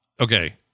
Okay